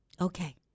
Okay